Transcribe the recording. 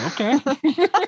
okay